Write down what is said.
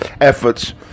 efforts